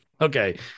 okay